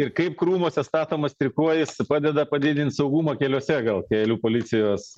ir kaip krūmuose statomas trikojis padeda padidinti saugumą keliuose gal kelių policijos